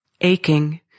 aching